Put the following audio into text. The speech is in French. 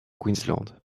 queensland